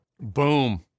Boom